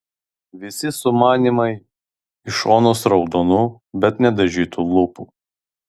visi sumanymai iš onos raudonų bet nedažytų lūpų